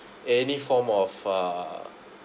any form of uh